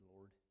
Lord